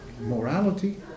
morality